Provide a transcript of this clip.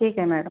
ठीक आहे मॅडम